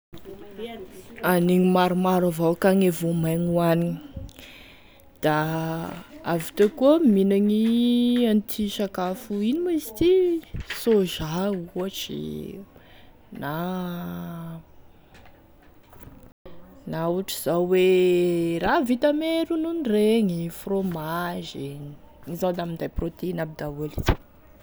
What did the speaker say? Aniny maromaro avao ka e vomaigny hoanigny, da avy teo koa, mihinany an'ity sakafo ino ma izy ty sôza ohatry na na ohatry zao e raha vita ame ronono regny, frômazy, io zao da minday protéine aby daholy.